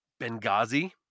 Benghazi